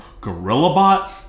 Gorillabot